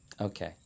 Okay